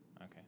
Okay